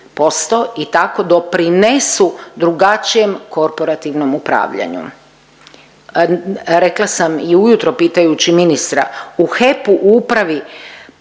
i tako doprinesu drugačijem korporativnom upravljanju. Rekla sam i ujutro pitajući ministra, u HEP-u u upravi